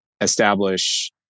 establish